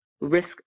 risk